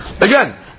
Again